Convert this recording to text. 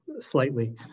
slightly